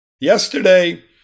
Yesterday